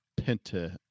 Penta